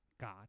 God